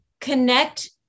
connect